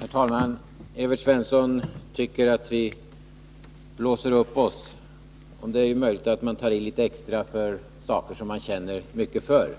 Herr talman! Evert Svensson tycker att vi blåser upp oss, och det är möjligt att vi tar i litet extra när det gäller saker som vi känner mycket för.